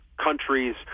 countries